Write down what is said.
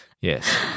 Yes